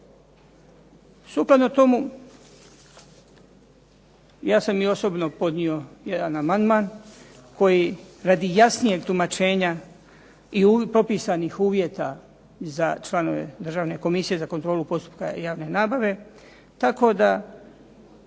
Sukladno tomu ja sam i osobno podnio jedan amandman koji radi jasnijeg tumačenja i propisanih uvjeta za članove Državne komisije za kontrolu postupka javne nabave, tako da